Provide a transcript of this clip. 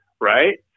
right